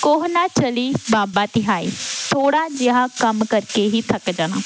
ਕੋਹ ਨਾ ਚਲੀ ਬਾਬਾ ਤਿਹਾਈ ਥੋੜ੍ਹਾ ਜਿਹਾ ਕੰਮ ਕਰਕੇ ਹੀ ਥੱਕ ਜਾਣਾ